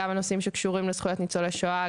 גם הנושאים שקשורים לזכויות ניצולי שואה,